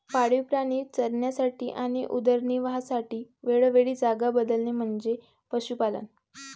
पाळीव प्राणी चरण्यासाठी आणि उदरनिर्वाहासाठी वेळोवेळी जागा बदलणे म्हणजे पशुपालन